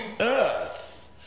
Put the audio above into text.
earth